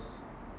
s~